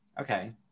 okay